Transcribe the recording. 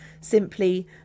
simply